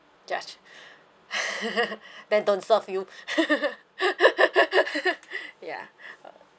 judge then don't serve you ya